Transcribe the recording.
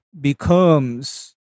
becomes